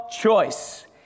choice